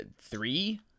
three